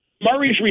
Murray's